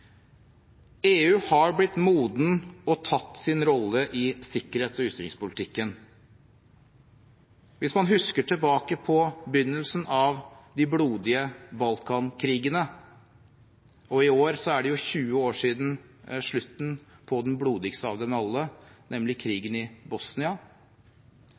EU har blitt moden og tatt sin rolle i sikkerhets- og utenrikspolitikken. Hvis man husker tilbake på begynnelsen av de blodige Balkan-krigene – og i år er det 20 år siden slutten på den blodigste av dem alle, nemlig krigen i Bosnia